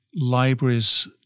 libraries